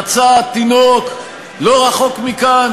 פצע תינוק לא רחוק מכאן?